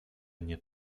nie